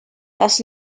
does